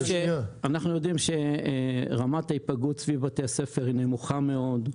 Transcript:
יודעים שרמת ההיפגעות סביב בתי הספר היא נמוכה מאוד,